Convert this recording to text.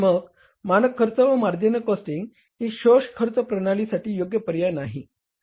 मग मानक खर्च व मार्जिनल कॉस्टिंग ही शोष खर्च प्रणालीसाठी योग्य पर्याय नाही